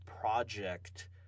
project